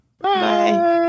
Bye